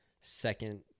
second